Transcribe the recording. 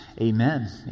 Amen